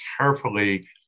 carefully